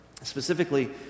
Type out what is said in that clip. specifically